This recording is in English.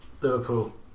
Liverpool